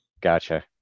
gotcha